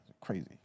Crazy